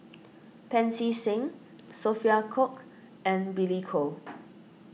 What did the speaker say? Pancy Seng Sophia Cooke and Billy Koh